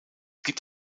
gibt